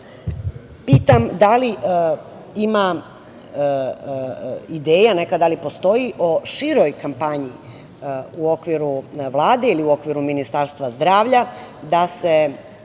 da li ima ideja, da li neka postoji, o široj kampanji u okviru Vlade ili u okviru Ministarstva zdravlja da se